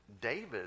David